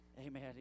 Amen